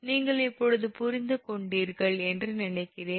நீங்கள் இப்போது புரிந்து கொண்டீர்கள் என்று நினைக்கிறேன்